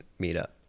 meetup